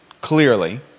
clearly